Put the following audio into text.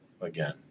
again